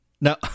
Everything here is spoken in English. now